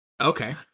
Okay